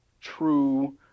true